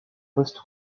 post